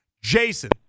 Jason